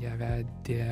ją vedė